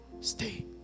stay